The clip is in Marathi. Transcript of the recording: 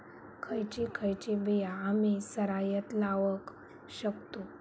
खयची खयची बिया आम्ही सरायत लावक शकतु?